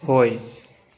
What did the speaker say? ꯍꯣꯏ